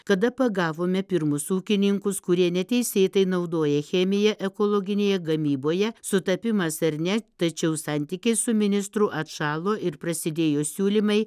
kada pagavome pirmus ūkininkus kurie neteisėtai naudoja chemiją ekologinėje gamyboje sutapimas ar ne tačiau santykiai su ministru atšalo ir prasidėjo siūlymai